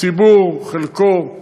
הציבור, חלקו,